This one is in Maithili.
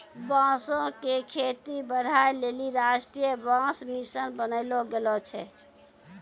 बांसो क खेती बढ़ाय लेलि राष्ट्रीय बांस मिशन बनैलो गेलो छै